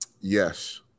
Yes